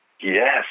Yes